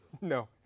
No